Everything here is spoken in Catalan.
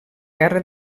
guerra